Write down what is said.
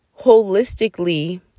holistically